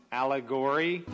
allegory